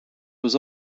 was